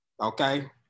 Okay